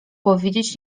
powiedzieć